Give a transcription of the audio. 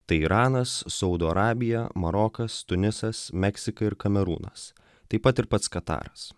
tai iranas saudo arabija marokas tunisas meksika ir kamerūnas taip pat ir pats kataras